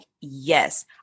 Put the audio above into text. yes